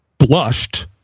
Blushed